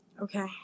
okay